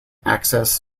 access